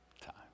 time